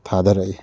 ꯊꯥꯗꯔꯛꯏ